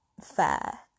fair